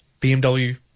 BMW